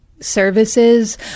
services